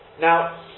Now